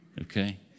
okay